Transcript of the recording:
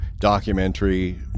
documentary